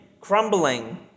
crumbling